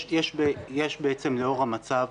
לאור המצב